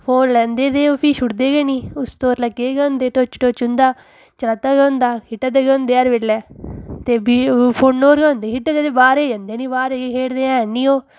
phone लैंदे ते ओह् फ्ही छुड़दे गै नी उस पर लग्गे दे गै होंदे टुच टुच उंदा चला दा गै होंदा खेढै दे गै होंदे हर बेल्लै ते फ्ही ओह् फोन पर गै होंदे खेढै दे ते बाह्र हा जंदे नी बाह्र खेढदे हैन नी ओह्